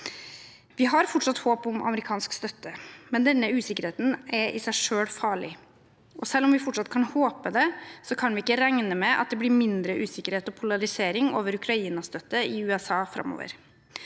Vi har fortsatt håp om amerikansk støtte, men denne usikkerheten er i seg selv farlig. Selv om vi fortsatt kan håpe det, kan vi ikke regne med at det blir mindre usikkerhet og polarisering over Ukraina-støtte i USA framover.